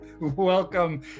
Welcome